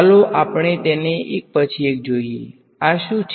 ચાલો આપણે તેને એક પછી એક જોઈએ આ શું છે